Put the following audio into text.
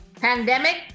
Pandemic